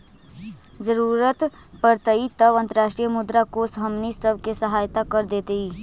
जरूरत पड़तई तब अंतर्राष्ट्रीय मुद्रा कोश हमनी सब के सहायता कर देतई